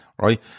right